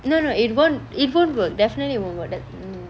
no no it won't it won't work definitely won't work that mm